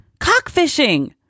Cockfishing